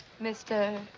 Mr